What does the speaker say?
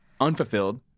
unfulfilled